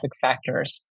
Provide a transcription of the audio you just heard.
factors